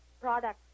products